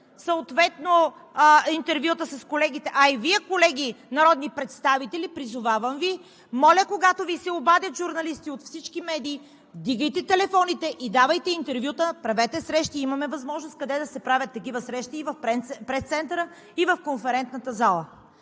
търсят интервюта с колегите. Колеги, народни представители, призовавам Ви, моля, когато Ви се обадят журналисти от всички медии, вдигайте телефоните и давайте интервюта, правете срещи. Има възможност да се правят такива срещи и в пресцентъра, и в конферентната зала.